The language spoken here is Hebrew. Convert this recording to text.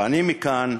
ואני מכאן,